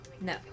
No